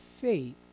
faith